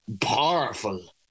powerful